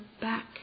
back